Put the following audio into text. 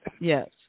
Yes